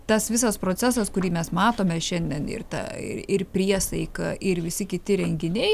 tas visas procesas kurį mes matome šiandien ir ta ir priesaika ir visi kiti renginiai